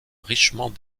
richement